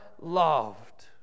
loved